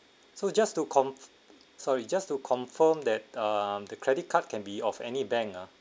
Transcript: so just to conf~ sorry just to confirm that um the credit card can be of any bank ah